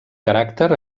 caràcter